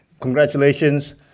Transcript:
Congratulations